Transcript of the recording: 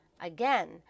Again